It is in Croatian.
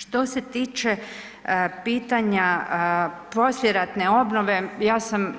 Što se tiče pitanja poslijeratne obnove, ja sam